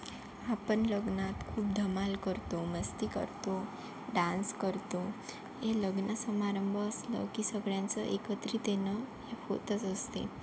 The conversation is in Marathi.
आपण लग्नात खूप धमाल करतो मस्ती करतो डान्स करतो हे लग्नसमारंभ असलं की सगळ्यांचं एकत्रित येणं हे होतच असते